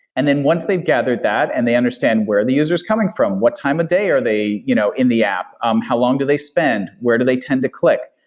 and then once they've gathered that and they understand where the user is coming from. what time of day are they you know in the app? um how long do they spend? where do they tend to click?